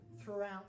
throughout